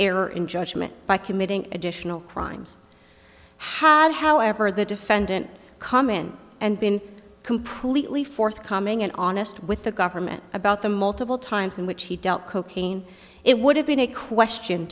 error in judgment by committing additional crimes however the defendant come in and been completely forthcoming and honest with the government about the multiple times in which he dealt cocaine it would have been a question